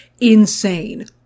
insane